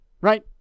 right